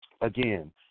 Again